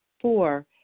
Four